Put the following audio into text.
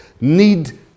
need